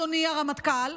אדוני הרמטכ"ל,